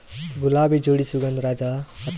ಗುಲಾಬಿ ಜೋಡಿ ಸುಗಂಧರಾಜ ಹಚ್ಬಬಹುದ?